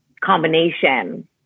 Combination